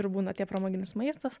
ir būna tie pramoginis maistas